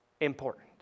important